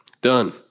Done